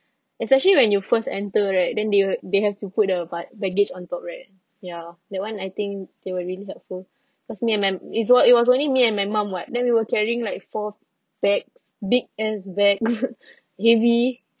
especially when you first enter right then they'll they have to put the ba~ baggage on top right ya that [one] I think they were really helpful cause me and my it was it was only me and my mum [what] then we were carrying like four bags big ass bag heavy